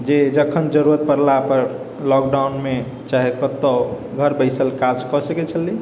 जे जखन जरूरत पड़लापर लॉकडाउनमे चाहे कतहु घर बैसल काज कऽ सकै छलिए